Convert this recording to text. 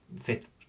fifth